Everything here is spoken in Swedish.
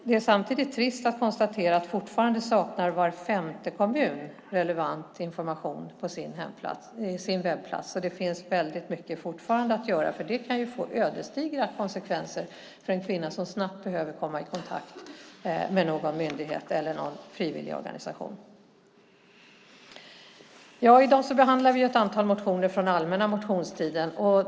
Det är samtidigt trist att var femte kommun fortfarande saknar relevant information på sin webbplats, och det finns fortfarande mycket att göra. Det kan få ödesdigra konsekvenser för en kvinna som snabbt behöver komma i kontakt med någon myndighet eller frivilligorganisation. I dag behandlar vi ett antal motioner från allmänna motionstiden.